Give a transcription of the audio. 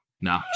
No